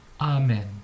Amen